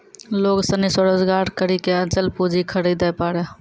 लोग सनी स्वरोजगार करी के अचल पूंजी खरीदे पारै